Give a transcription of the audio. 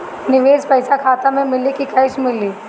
निवेश पइसा खाता में मिली कि कैश मिली?